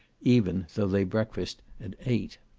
even though they breakfast at eight.